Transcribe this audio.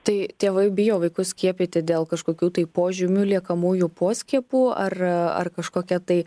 tai tėvai bijo vaikus skiepyti dėl kažkokių tai požymių liekamųjų po skiepų ar ar kažkokia tai